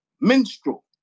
minstrel